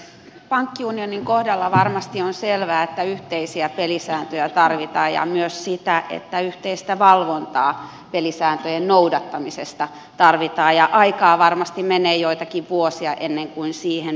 pankkiunionin kohdalla varmasti on selvää se että yhteisiä pelisääntöjä tarvitaan ja myös se että yhteistä valvontaa pelisääntöjen noudattamisesta tarvitaan ja aikaa varmasti menee joitakin vuosia ennen kuin siihen päästään